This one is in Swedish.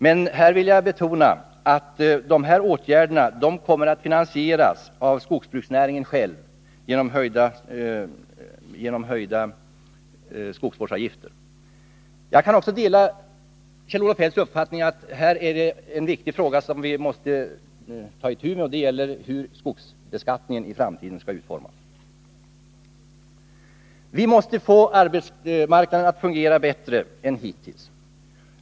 Jag vill dock betona att dessa åtgärder kommer att finansieras av skogsbruksnäringen själv genom höjda skogsvårdsavgifter. Jag kan vidare dela Kjell-Olof Feldts uppfattning att det är viktigt att ta itu med frågan om hur skogsbeskattningen skall utformas i framtiden. Vi måste få arbetsmarknaden att fungera bättre än hittills.